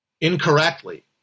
incorrectly